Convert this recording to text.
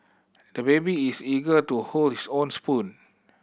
the baby is eager to hold his own spoon